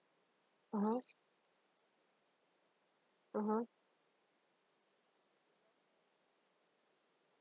(uh huh) (uh huh)